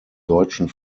deutschen